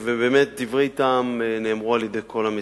ובאמת נאמרו דברי טעם על-ידי כל המציעים.